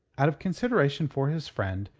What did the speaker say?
out of consideration for his friend,